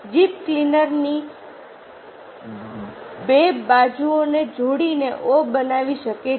તે જીભ ક્લીનર ની 2 બાજુઓ ને જોડીને O બનાવી શકે છે